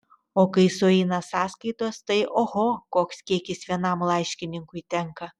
o kai sueina sąskaitos tai oho koks kiekis vienam laiškininkui tenka